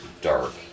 dark